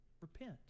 Repent